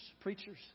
preachers